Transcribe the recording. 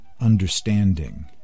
understanding